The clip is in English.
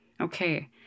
Okay